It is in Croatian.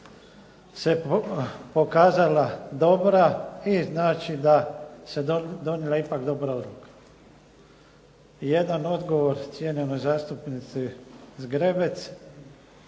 se pokazala dobra i znači da se donijela ipak dobra odluka. Jedan odgovor cijenjenoj zastupnici Zgrebec.